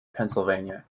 pennsylvania